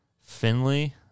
Finley